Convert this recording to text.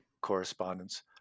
correspondence